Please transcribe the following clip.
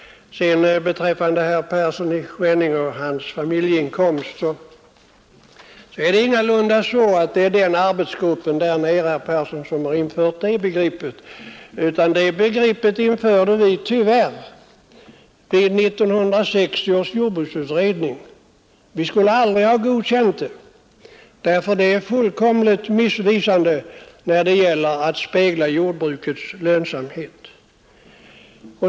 Beträffande herr Persson i Skänninge och hans familjeinkomst är det ingalunda så att det är arbetsgruppen i Malmöhus län som infört det begreppet, utan det införde vi — tyvärr — vid 1960 års jordbruksutredning. Vi borde aldrig ha godkänt det, för det är fullständigt missvisande när det gäller att spegla jordbrukets lönsamhet.